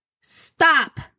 stop